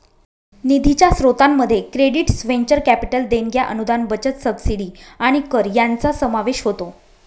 निधीच्या स्त्रोतांमध्ये credits venture capital देणग्या अनुदान बचत सबसिडी आणि कर यांचा समावेश होतो